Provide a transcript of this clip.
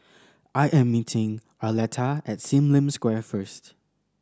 I am meeting Arletta at Sim Lim Square first